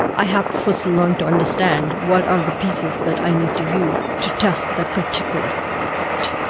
i have to first learn to understand what are the pieces that i need to use to test that particular part.